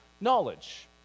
knowledge